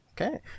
Okay